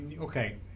okay